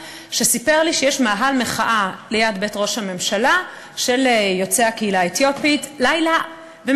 שסיפר לי שיש מאהל מחאה של יוצאי הקהילה האתיופית ליד בית ראש הממשלה.